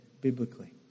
biblically